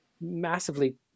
massively